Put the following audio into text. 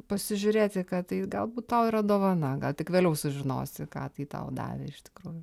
pasižiūrėti kad tai galbūt tau yra dovana gal tik vėliau sužinosi ką tai tau davė iš tikrųjų